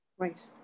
Right